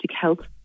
health